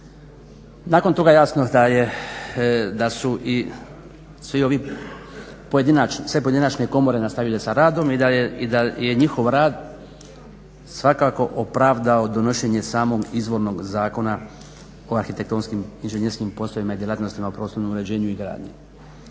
Nakon toga jasno da su i sve pojedinačne komore nastavile sa radom i da je njihov rad svakako opravdao donošenje samog izvornog Zakona o arhitektonskim i inženjerskim poslovima i djelatnostima u prostornom uređenju i gradnji.